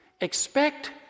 expect